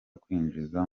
kwinjizwa